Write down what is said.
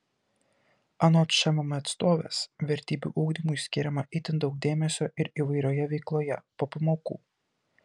anot šmm atstovės vertybių ugdymui skiriama itin daug dėmesio ir įvairioje veikloje po pamokų